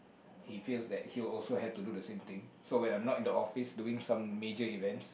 he feels that he will also have to do the same thing so when I'm not in the office doing some major events